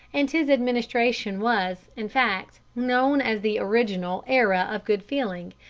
and his administration was, in fact, known as the original era of good feeling,